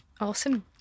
awesome